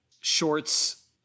shorts